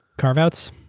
carve-outs?